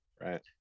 Right